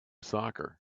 soccer